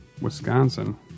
Wisconsin